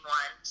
one